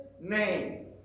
name